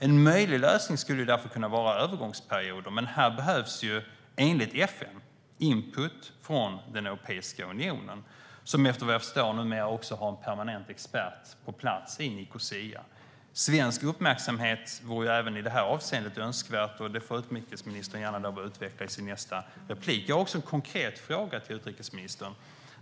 En möjlig lösning skulle därför kunna vara övergångsperioder. Här behövs enligt FN input från Europeiska unionen, som efter vad jag förstår numera har en permanent expert på plats i Nicosia. Svensk uppmärksamhet vore även i detta avseende önskvärt. Det får utrikesministern gärna närmare utveckla i sitt nästa inlägg. Jag har också en konkret fråga till utrikesministern.